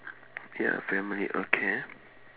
ya family okay